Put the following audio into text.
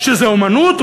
שזו אומנות?